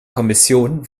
kommission